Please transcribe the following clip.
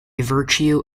virtue